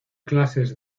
clases